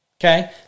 Okay